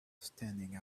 standing